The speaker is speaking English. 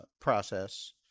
process